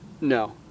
No